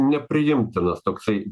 nepriimtinas toksai